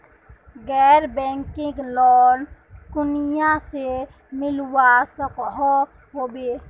गैर banking loan कुनियाँ से मिलवा सकोहो होबे?